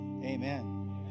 amen